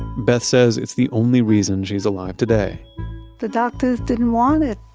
beth says it's the only reason she's alive today the doctors didn't want it.